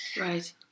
Right